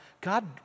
God